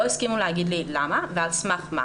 לא הסכימו להגיד לי למה ועל סמך מה.